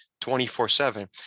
24-7